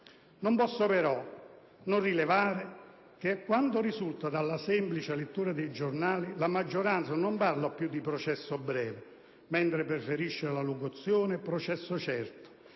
Non posso però non rilevare che, a quanto risulta dalla semplice lettura dei giornali, la maggioranza non parla più di processo breve, ma preferisce la locuzione «processo certo»,